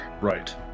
Right